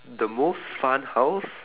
the most fun house